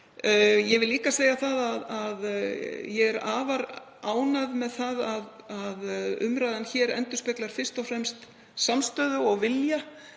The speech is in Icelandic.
Ég vil líka segja að ég er afar ánægð með það að umræðan hér endurspeglar fyrst og fremst samstöðu og vilja